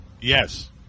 Yes